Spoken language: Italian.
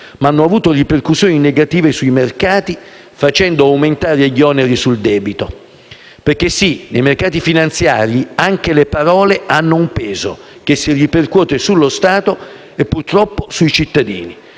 ma hanno avuto ripercussioni negative sui mercati, facendo aumentare gli oneri sul debito; perché, sì, nei mercati finanziari anche le parole hanno un peso, che si ripercuote sullo Stato e, purtroppo, sui cittadini.